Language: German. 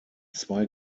zwei